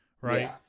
Right